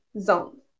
zone